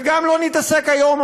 וגם לא נתעסק היום,